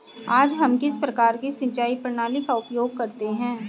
आज हम किस प्रकार की सिंचाई प्रणाली का उपयोग करते हैं?